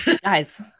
guys